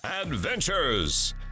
Adventures